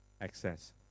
access